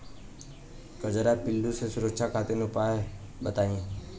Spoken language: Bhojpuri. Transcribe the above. कजरा पिल्लू से सुरक्षा खातिर उपाय बताई?